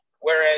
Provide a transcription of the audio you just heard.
whereas